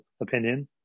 opinion